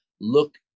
look